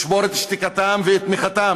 לשבור את שתיקתן, את תמיכתן,